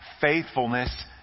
faithfulness